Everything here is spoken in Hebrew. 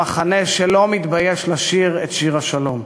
המחנה שלא מתבייש לשיר את "שיר השלום".